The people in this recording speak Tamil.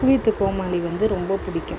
குக்கு வித் கோமாளி வந்து ரொம்ப பிடிக்கும்